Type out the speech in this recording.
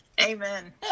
Amen